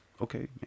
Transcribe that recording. okay